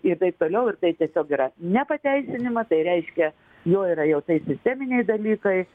ir taip toliau ir tai tiesiog yra nepateisinama tai reiškia jo yra jau tai sisteminiai dalykai